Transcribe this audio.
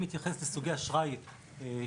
הנוהל מתייחס גם לסוגי האשראי השונים,